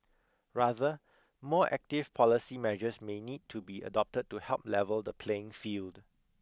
rather more active policy measures may need to be adopted to help level the playing field